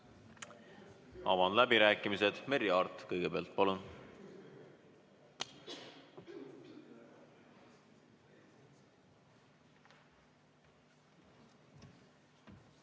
Avan läbirääkimised. Merry Aart kõigepealt. Palun!